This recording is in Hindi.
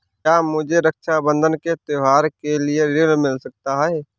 क्या मुझे रक्षाबंधन के त्योहार के लिए ऋण मिल सकता है?